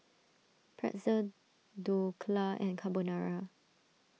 Pretzel Dhokla and Carbonara